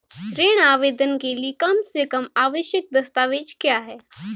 ऋण आवेदन के लिए कम से कम आवश्यक दस्तावेज़ क्या हैं?